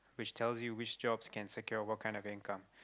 which tells you which jobs can secure you what kind of income